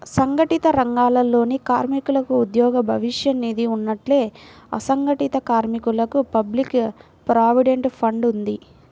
సంఘటిత రంగాలలోని కార్మికులకు ఉద్యోగ భవిష్య నిధి ఉన్నట్టే, అసంఘటిత కార్మికులకు పబ్లిక్ ప్రావిడెంట్ ఫండ్ ఉంది